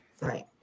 Right